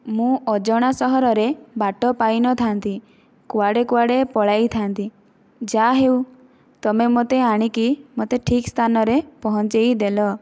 ମୁଁ ଅଜଣା ସହରରେ ବାଟ ପାଇନଥାଆନ୍ତି କୁଆଡ଼େ କୁଆଡ଼େ ପଳାଇଥାନ୍ତି ଯାହା ହେଉ ତୁମେ ମୋତେ ଆଣିକି ମୋତେ ଠିକ୍ ସ୍ଥାନରେ ପହଞ୍ଚାଇଦେଲ